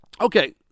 Okay